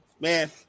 Man